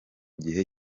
gihe